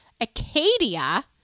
Acadia